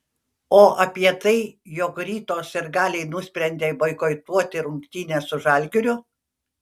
o apie tai jog ryto sirgaliai nusprendė boikotuoti rungtynes su žalgiriu